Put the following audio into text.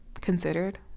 considered